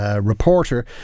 reporter